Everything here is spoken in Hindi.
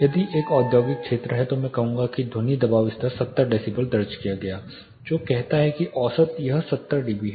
यदि यह एक औद्योगिक क्षेत्र है तो मैं कहूंगा कि ध्वनि दबाव स्तर 70 डेसीबल दर्ज किया गया है जो कहता है कि औसत यह 70 डीबी है